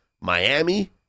Miami